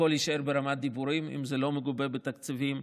הכול יישאר ברמת דיבורים אם זה לא מגובה בתקציבים,